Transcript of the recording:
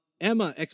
emma